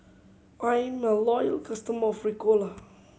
I'm a loyal customer of Ricola